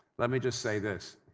let me just say this.